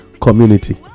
community